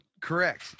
correct